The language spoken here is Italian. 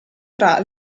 tra